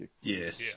Yes